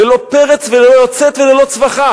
ללא פרץ וללא צווחה.